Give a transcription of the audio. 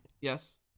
Yes